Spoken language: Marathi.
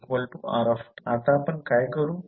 आता आपण काय करू